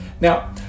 Now